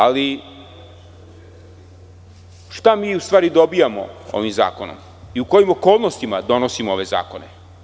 Ali, šta mi u stvari dobijamo ovim zakonima i u kojim okolnostima donosimo ove zakone?